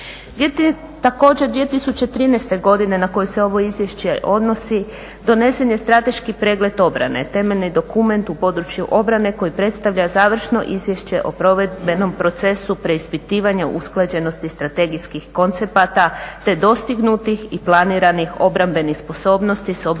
Također 2013. godine na koju se ovo izvješće odnosi, donesen je strateški pregled obrane, temeljni dokument u području obrane koji predstavlja završno izvješće o provedbenom procesu preispitivanja usklađenosti strategijskih koncepata te dostignutih i planiranih obrambenih sposobnosti s obrambenim